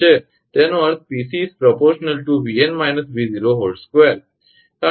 તેનો અર્થ 𝑃𝑐 ∝ 𝑉𝑛 − 𝑉02